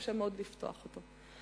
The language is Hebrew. קשה מאוד לפתוח אותו.